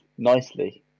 nicely